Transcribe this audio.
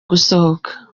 gusohoka